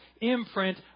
imprint